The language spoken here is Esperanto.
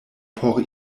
por